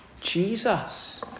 Jesus